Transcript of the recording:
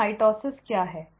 तो माइटोसिस क्या है